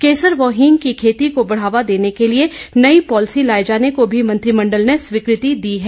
केसर व हींग की खेती को बढ़ावा देने के लिए नई पॉलिसी लाए जाने को भी मंत्रिमंडल ने स्वीकृति दी है